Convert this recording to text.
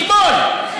אתמול,